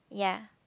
ya